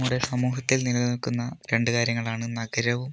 നമ്മുടെ സമൂഹത്തിൽ നിലനിൽക്കുന്ന രണ്ട് കാര്യങ്ങളാണ് നഗരവും